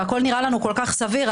והכול נראה לנו כל כך סביר,